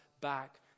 back